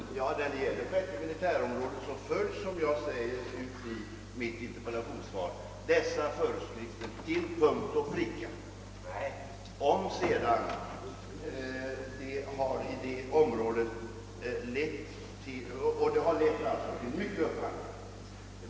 Herr talman! När det gäller 6:e militärområdet följs som jag säger i mitt interpellationssvar dessa föreskrifter till punkt och pricka. Detta har lett till stor upphandling.